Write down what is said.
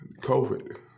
COVID